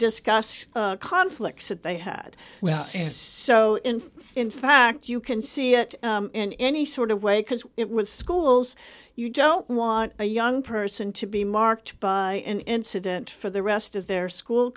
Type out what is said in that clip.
discuss conflicts that they had well so in in fact you can see it in any sort of way because it with schools you don't want a young person to be marked by an incident for the rest of their school